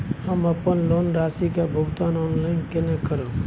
हम अपन लोन राशि के भुगतान ऑनलाइन केने करब?